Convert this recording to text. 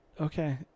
Okay